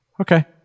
Okay